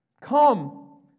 Come